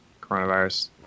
coronavirus